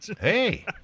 hey